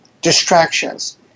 distractions